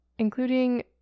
including